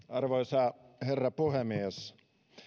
arvoisa herra puhemies